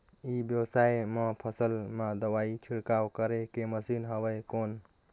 ई व्यवसाय म फसल मा दवाई छिड़काव करे के मशीन हवय कौन?